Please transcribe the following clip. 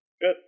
Good